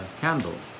candles